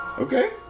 Okay